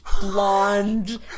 blonde